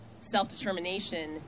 self-determination